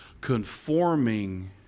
conforming